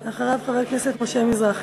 אחריו, חבר הכנסת משה מזרחי.